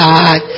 God